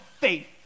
faith